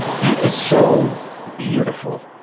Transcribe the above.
that is so beautiful.